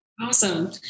Awesome